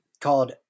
called